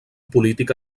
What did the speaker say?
polític